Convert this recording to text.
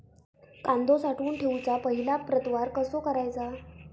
कांदो साठवून ठेवुच्या पहिला प्रतवार कसो करायचा?